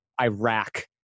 Iraq